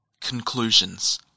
conclusions